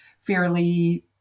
fairly